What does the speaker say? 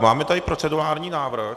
Máme tady procedurální návrh.